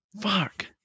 fuck